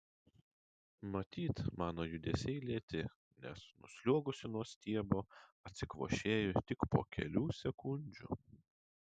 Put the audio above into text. matyt mano judesiai lėti nes nusliuogusi nuo stiebo atsikvošėju tik po kelių sekundžių